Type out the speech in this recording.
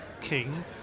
king